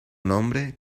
nombre